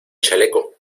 chaleco